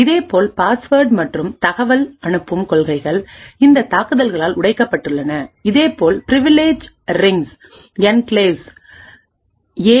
இதேபோல்பாஸ்வேர்ட்ஸ் மற்றும் தகவல்அனுப்பும் கொள்கைகள்இந்த தாக்குதல்களால் உடைக்கப்பட்டுள்ளன இதேபோல் பிரிவில்லேஜ் ரிங்ஸ் என்க்ளேவ்ஸ் ஏ